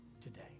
today